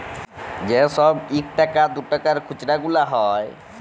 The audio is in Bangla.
যে ছব ইকটাকা দুটাকার খুচরা গুলা হ্যয়